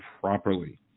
properly